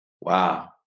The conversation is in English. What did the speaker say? Wow